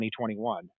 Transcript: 2021